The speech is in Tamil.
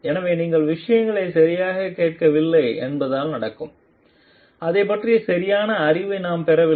எனவே நீங்கள் விஷயங்களை சரியாகக் கேட்கவில்லை என்பதால் நடக்கும் அதைப் பற்றிய சரியான அறிவை நாம் பெறவில்லை